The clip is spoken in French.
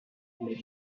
les